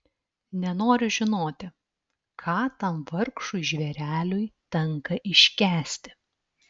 nenoriu žinoti ką tam vargšui žvėreliui tenka iškęsti